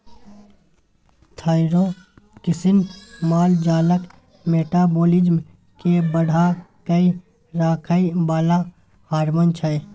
thyroxine माल जालक metabolism केँ बढ़ा कए राखय बला हार्मोन छै